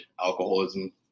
alcoholism